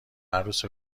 عروس